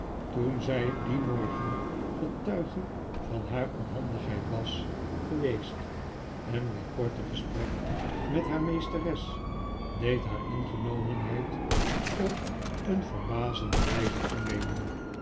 toen zij dien morgen getuige van haar onhandigheid was geweest en dit korte gesprek met haar meesteres deed haar ingenomenheid op een verbazende wijze toenemen